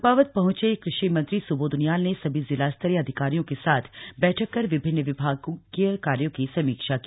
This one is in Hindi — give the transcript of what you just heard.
चम्पावत पहंचे कृषि मंत्री स्बोध उनियाल ने सभी जिलास्तरीय अधिकारियों के साथ बैठक कर विभिन्न विभागीय कार्यो की समीक्षा की